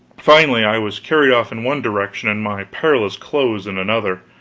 finally i was carried off in one direction, and my perilous clothes in another.